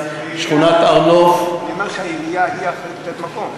אני אומר שהעירייה היא האחראית לתת מקום.